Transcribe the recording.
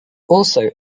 also